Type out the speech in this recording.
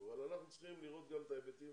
אבל אנחנו צריכים לראות גם את ההיבטים